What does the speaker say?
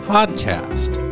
Podcast